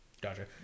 Gotcha